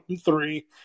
three